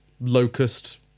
locust